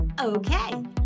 Okay